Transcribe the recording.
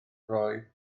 roedd